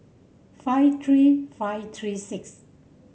five three five three six